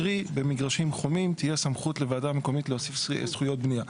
קרי במגרשים חומים תהיה סמכות לוועדה המקומית להוסיף שטחי בניה.